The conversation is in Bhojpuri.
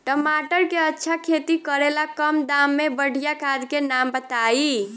टमाटर के अच्छा खेती करेला कम दाम मे बढ़िया खाद के नाम बताई?